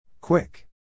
quick